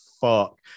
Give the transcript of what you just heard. fuck